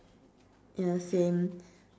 ya same